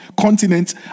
continent